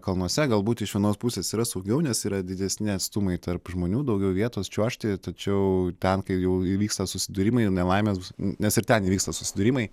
kalnuose galbūt iš vienos pusės yra saugiau nes yra didesni atstumai tarp žmonių daugiau vietos čiuožti tačiau ten kai jau įvyksta susidūrimai nelaimės nes ir ten įvyksta susidūrimai